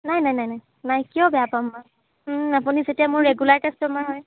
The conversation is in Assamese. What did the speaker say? নাই নাই নাই নাই নাই কিয় বেয়া পাম বাৰু আপুনি যেতিয়া মোৰ ৰেগুলাৰ কাষ্টমাৰ হয়